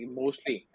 mostly